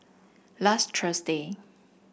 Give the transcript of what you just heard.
last Thursday